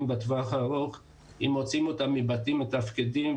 בטווח הארוך אם מוציאים אותם מבתים מתפקדים,